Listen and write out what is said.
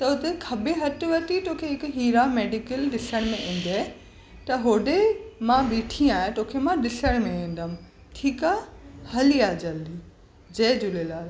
त उते खाॿे हथु वटि ई तोखे हिकु हीरा मेडिकल ॾिसण में ईंदे त होॾे मां बीठी आइयां तोखे मां ॾिसण में ईंदमि ठीकु आहे हली आ जल्दी जय झूलेलाल